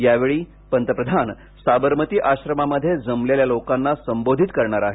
यावेळी पंतप्रधान साबरमती आश्रमामध्ये जमलेल्या लोकांना संबोधित करणार आहेत